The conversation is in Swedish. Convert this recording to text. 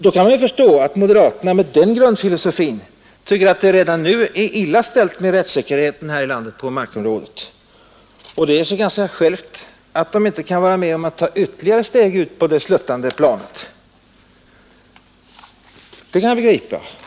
Vi kan förstå att moderaterna med den grundfilosofin tycker att det är redan nu illa ställt med rättssäkerheten här i landet på markområdet, och det ger sig självt att de inte kan vara med att ta ytterligare steg ut på det sluttande planet. Det kan jag begripa.